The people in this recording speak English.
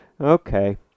Okay